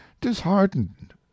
disheartened